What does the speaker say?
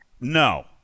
no